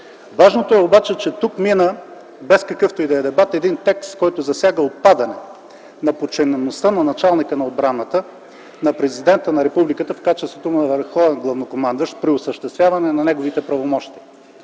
Важното е обаче, че тук мина без какъвто и да е дебат текст, който засяга отпадането на подчинеността на началника на отбраната на Президента на републиката в качеството му на върховен главнокомандващ при осъществяване на неговите правомощия.